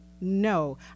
no